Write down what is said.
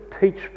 teach